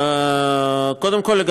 קודם כול,